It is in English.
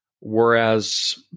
Whereas